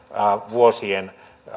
vuosien